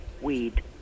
weed